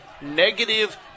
negative